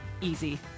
Easy